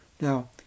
Now